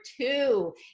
two